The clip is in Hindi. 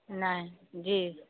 नाही जी